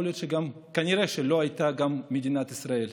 כנראה גם לא הייתה מדינת ישראל.